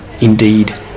indeed